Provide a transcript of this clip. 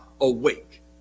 awake